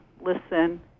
listen